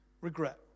Regret